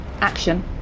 Action